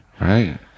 Right